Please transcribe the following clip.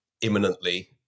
imminently